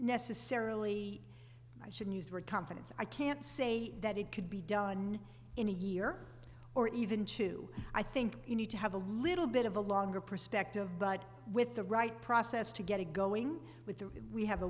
necessarily i should use word confidence i can't say that it could be done in a year or even two i think you need to have a little bit of a longer perspective but with the right process to get it going with the we have a